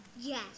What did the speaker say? Yes